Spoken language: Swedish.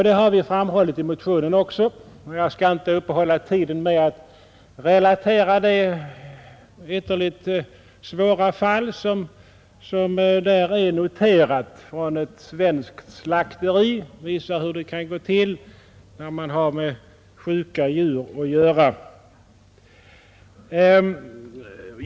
Det har vi också framhållit i motionen, och jag skall inte uppehålla tiden med att relatera det ytterligt svåra fall som där är noterat från ett svenskt slakteri och som visar hur det kan gå till när man har med sjuka djur att göra.